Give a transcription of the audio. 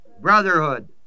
Brotherhood